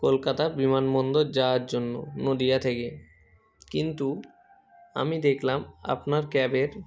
কলকাতা বিমানবন্দর যাওয়ার জন্য নদীয়া থেকে কিন্তু আমি দেখলাম আপনার ক্যাবের